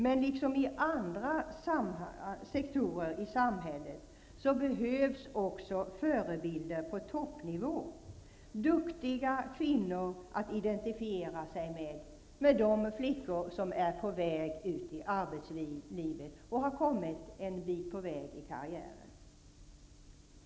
Men liksom på andra sektorer i samhället behövs också förebilder på toppnivå, duktiga kvinnor att identifiera sig med för de flickor som är på väg ut i arbetslivet, eller har kommit en bit på väg i karriären.